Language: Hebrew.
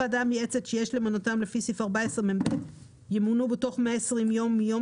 חברי הוועדה המייעצת שיש למנותם לפני סעיף 14מב ימונו בתוך 60 ימים מיום